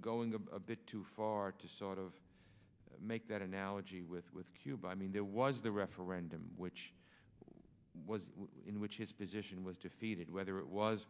going a bit too far to sort of make that analogy with with cuba i mean there was the referendum which was in which his position was defeated whether it was